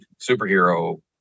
superhero